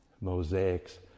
mosaics